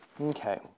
Okay